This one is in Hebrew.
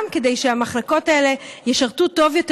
גם כדי שהמחלקות האלה ישרתו טוב יותר,